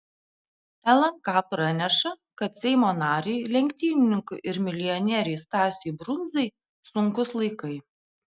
lnk praneša kad seimo nariui lenktynininkui ir milijonieriui stasiui brundzai sunkūs laikai